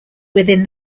within